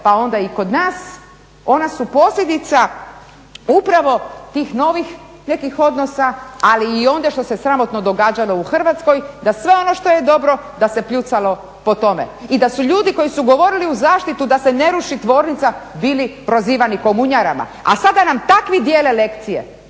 pa onda i kod nas. Ona su posljedica upravo tih novih nekih odnosa ali i onda što se sramotno događalo u Hrvatskoj da sve ono što je dobro da se pljucalo po tome i da su ljudi koji su govorili u zaštitu da se ne ruši tvornica bili prozivani komunjarama, a sada nam takvi dijele lekcije.